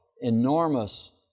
enormous